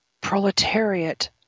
proletariat